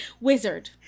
Wizard